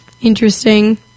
Interesting